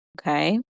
okay